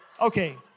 Okay